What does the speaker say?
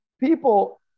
People